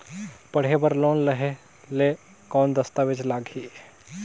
पढ़े बर लोन लहे ले कौन दस्तावेज लगही?